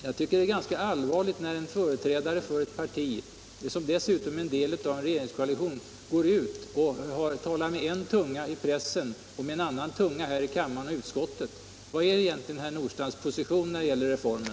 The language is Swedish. Jag tycker att det är ganska allvarligt när en företrädare för ett parti, som dessutom är en del av en regeringskoalition, går ut och talar med en tunga i pressen och med en annan tunga här i kammaren och i utskottet. Vilken är egentligen herr Nordstrandhs position när det gäller den här reformen?